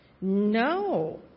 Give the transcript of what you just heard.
No